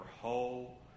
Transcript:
whole